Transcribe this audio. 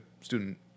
student